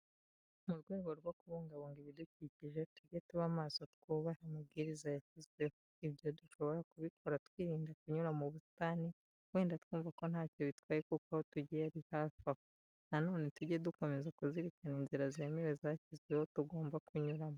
Mu rwego rwo kubungabunga ibidukikije, tuge tuba amaso twubahe amabwiriza yashyizweho. Ibyo dushobora kubikora twirinda kunyura mu busitani, wenda twumva ko ntacyo bitwaye kuko aho tugiye ari hafi aho. Na none tujye dukomeza kuzirikana inzira zemewe zashyizweho tugomba kunyuramo.